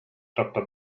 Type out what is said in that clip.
doctor